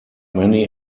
many